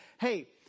Hey